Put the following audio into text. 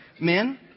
men